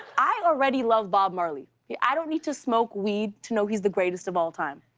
i already love bob marley. yeah i don't need to smoke weed to know he's the greatest of all time.